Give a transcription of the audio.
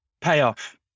payoff